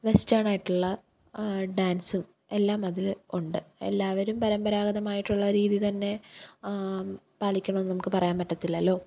western ആയിട്ടുള്ള ഡാന്സും എല്ലാം അതിൽ ഉണ്ട് എല്ലാവരും പരമ്പരാഗതമായിട്ടുള്ള രീതി തന്നെ പാലിക്കണമെന്ന് നമുക്ക് പറയാൻ പറ്റത്തില്ലല്ലൊ